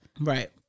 Right